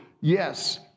yes